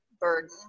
burden